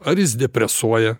ar jis depresuoja